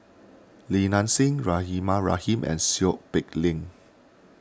Li Nanxing Rahimah Rahim and Seow Peck Leng